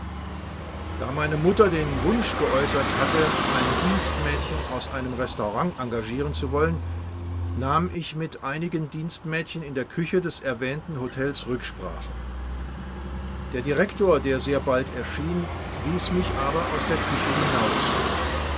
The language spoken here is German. da meine mutter den wunsch geäußert hatte ein dienstmädchen aus einem restaurant engagieren zu wollen nahm ich mit einigen dienstmädchen in der küche des erwähnten hotels rücksprache der direktor der sehr bald erschien wies mich aber aus der küche hinaus